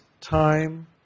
time